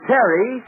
Terry